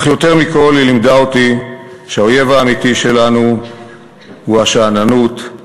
אך יותר מכול היא לימדה אותי שהאויב האמיתי שלנו הוא השאננות,